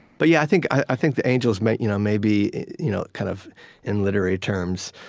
but yeah, i think i think the angels might you know may be, you know kind of in literary terms,